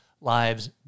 lives